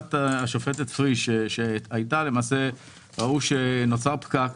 בוועדת פריש ראו שנוצר פקק.